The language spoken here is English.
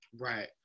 Right